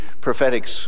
prophetic